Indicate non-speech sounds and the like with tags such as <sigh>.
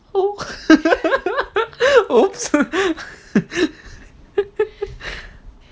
oh <laughs> !oops!